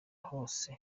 hose